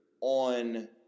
on